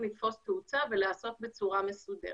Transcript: לתפוס תאוצה ולהיעשות בצורה מסודרת.